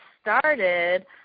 started